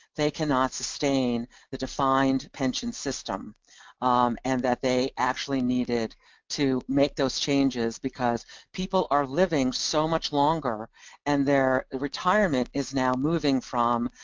they cannot sustain the defined defined pension system and that they actually needed to make those changes because people are living so much longer and their retirement is now moving from,